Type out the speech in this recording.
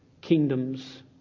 kingdoms